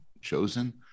chosen